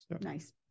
Nice